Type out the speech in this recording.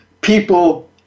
People